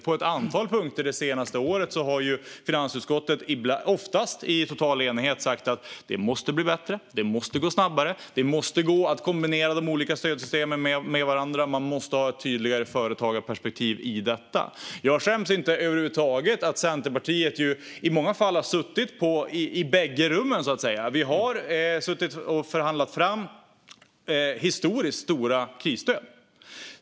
På ett antal punkter det senaste året har finansutskottet, oftast i total enighet, sagt att det måste bli bättre, att det måste gå snabbare, att det måste gå att kombinera de olika stödsystemen med varandra och att man måste ha ett tydligare företagarperspektiv i detta. Jag skäms inte över huvud taget över att Centerpartiet i många fall så att säga har suttit i bägge rummen. Vi har suttit och förhandlat fram historiskt stora krisstöd.